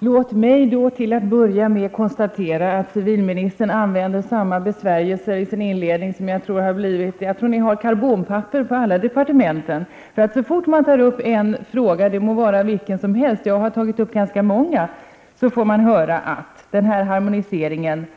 Herr talman! Låt mig till att börja med konstatera att civilministern använder samma besvärjelser i sin inledning som man alltid får höra. Det verkar som om ni lägger karbonpapper mellan svaren på alla departement. Jag har nu tagit upp ganska många frågor, men så fort man tar upp en fråga — det må vara vilken som helst — får man höra att den här harmoniseringen inte